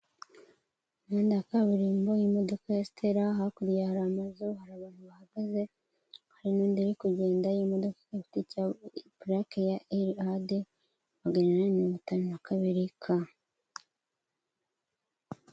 Umuhanda wa kabiririmbo imodoka ya Sitera hakurya hari amazu hari abantu bahagaze, hari hari n'indi iri kugenda y'imodoka ifite icya purake ya Eri ade magana inani na mirongo itanu na kabiri ka.